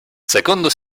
secondo